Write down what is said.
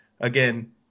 Again